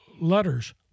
letters